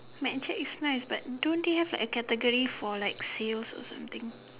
mad jacks is nice but don't they have like a category for like sales or something